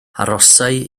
arhosai